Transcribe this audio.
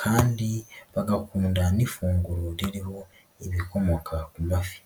kandi bagakunda n'ifunguro ririho ibikomoka ku mafi.